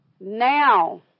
Now